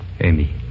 Amy